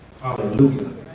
Hallelujah